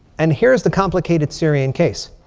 and here's the complicated syrian case.